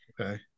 okay